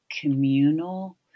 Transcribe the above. communal